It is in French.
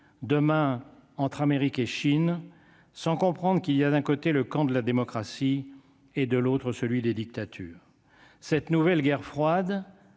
demain entre Amérique et Chine sans comprendre qu'il y a d'un côté, le camp de la démocratie et de l'autre, celui des dictatures, cette nouvelle guerre froide